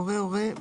הורה הורה,